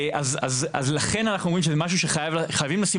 אז לכן אנחנו אומרים שזה משהו שחייבים לשים